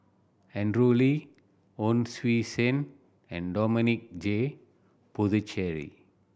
Andrew Lee Hon Sui Sen and Dominic J Puthucheary